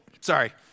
sorry